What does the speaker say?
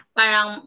parang